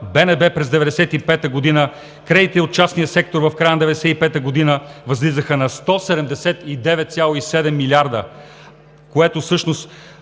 БНБ през 1995 г., кредитите от частния сектор в края на 1995 г. възлизаха на 179,7 милиарда, което всъщност